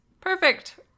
perfect